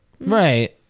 Right